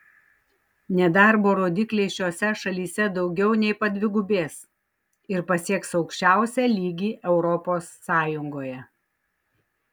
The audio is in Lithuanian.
nedarbo rodikliai šiose šalyse daugiau nei padvigubės ir pasieks aukščiausią lygį europos sąjungoje